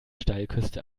steilküste